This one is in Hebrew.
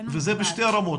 וזה בשתי הרמות,